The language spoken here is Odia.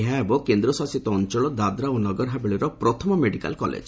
ଏହା ହେବ କେନ୍ଦ୍ରଶାସିତ ଅଞ୍ଚଳ ଦାଦ୍ରା ଓ ନଗରହାବେଳିର ପ୍ରଥମ ମେଡ଼ିକାଲ କଲେଜ